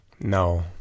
No